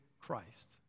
Christ